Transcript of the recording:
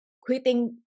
quitting